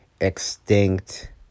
extinct